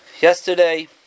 Yesterday